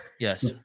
Yes